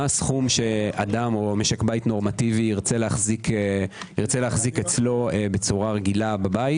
מה הסכום שאדם או משק בית נורמטיבי ירצה להחזיק אצלו בצורה רגילה בבית.